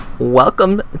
Welcome